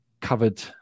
covered